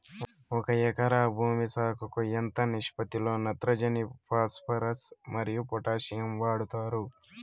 ఒక ఎకరా భూమి సాగుకు ఎంత నిష్పత్తి లో నత్రజని ఫాస్పరస్ మరియు పొటాషియం వాడుతారు